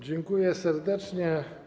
Dziękuję serdecznie.